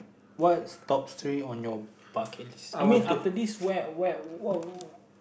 what's top three on your bucket list I mean after this where where what